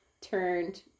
Turned